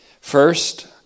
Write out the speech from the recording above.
First